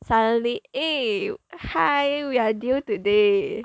suddenly eh hi we are due today